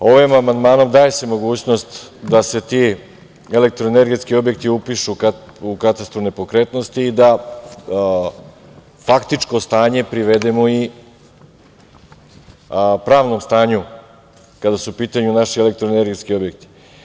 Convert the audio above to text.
Ovim amandmanom se daje mogućnost da se ti elektroenergetski objekti upišu u katastru nepokretnosti, i da faktičko stanje privedemo i pravnom stanju, kada su u pitanju naši elektroenergetski objekti.